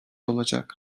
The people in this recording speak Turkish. olacak